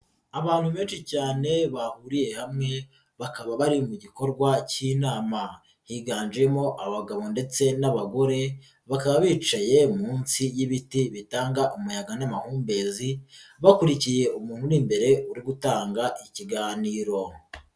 Abantu benshi cyane bahuriye hamwe bakaba bari mu gikorwa cy'inama, higanjemo abagabo ndetse n'abagore bakaba bicaye munsi y'ibiti bitanga umuyaga n'amahumbezi, bakurikiye umuntu uri imbere uri gutanga ikiganiro.